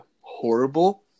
horrible